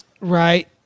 Right